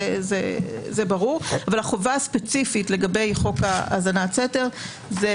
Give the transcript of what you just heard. זה ברור החובה הספציפית לגבי חוק האזנת סתר זה